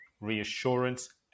reassurance